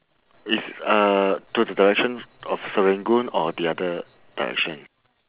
it's uh to the direction of serangoon or the other direction